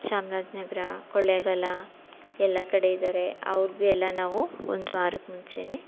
ಚಾಮ್ರಾಜನಗರ ಕೊಳ್ಳೇಗಾಲ ಎಲ್ಲ ಕಡೆ ಇದಾರೆ ಅವ್ರಿಗೂ ಎಲ್ಲ ನಾವು ಒಂದ್ವಾರಕ್ಕೆ ಮುಂಚೆಯೇ